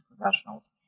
professionals